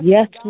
Yes